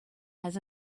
has